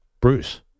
Bruce